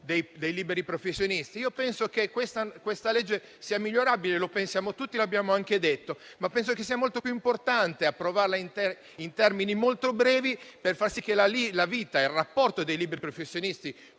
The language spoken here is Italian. dei liberi professionisti? Ebbene, penso che questa legge sia, sì, migliorabile (lo pensiamo tutti e lo abbiamo anche detto), ma credo sia molto più importante approvarla in tempi molto brevi per far sì che la vita e il rapporto tra i liberi professionisti